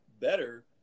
better